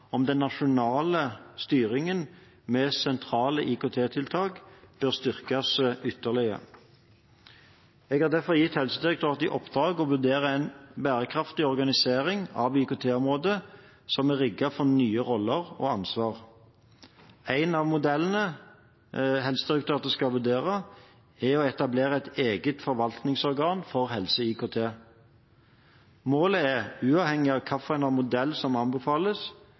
om den nasjonale styringen med sentrale IKT-tiltak bør styrkes ytterligere. Jeg har derfor gitt Helsedirektoratet i oppdrag å vurdere en bærekraftig organisering av IKT-området som er rigget for nye roller og ansvar. En av de modellene Helsedirektoratet skal vurdere, er å etablere et eget forvaltningsorgan for helse-IKT. Målet er, uavhengig av hvilken modell som anbefales,